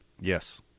Yes